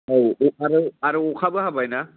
औ अपाराव आर अखाबो हाबायना